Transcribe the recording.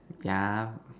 yeah